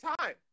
time